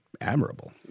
admirable